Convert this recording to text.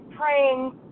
praying